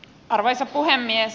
arvoisa puhemies